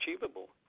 achievable